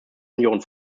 union